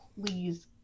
please